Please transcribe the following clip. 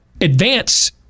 advance